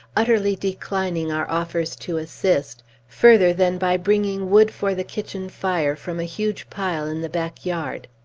utterly declining our offers to assist, further than by bringing wood for the kitchen fire from a huge pile in the back yard.